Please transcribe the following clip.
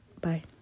Bye